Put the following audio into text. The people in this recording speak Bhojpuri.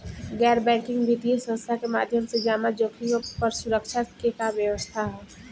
गैर बैंकिंग वित्तीय संस्था के माध्यम से जमा जोखिम पर सुरक्षा के का व्यवस्था ह?